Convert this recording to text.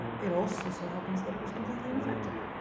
ah it also so happens that it was completely ineffective.